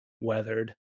weathered